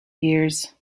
years